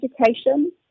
education